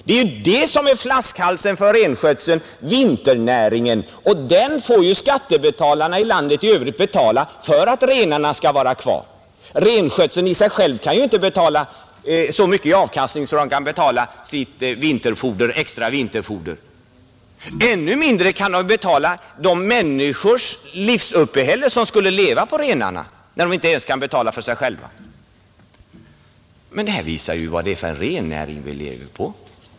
Det är nämligen vinternäringen som är flaskhalsen för renskötseln — och den får skattebetalarna i landet i övrigt betala för att renarna skall vara kvar. Renskötseln i sig själv ger inte så mycket i avkastning att den kan betala det extra vinterfodret till renarna; än mindre kan näringen betala livsuppehället för de människor som skall leva på renarna. Detta visar ju vad det är för slags rennäring vi har.